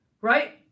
right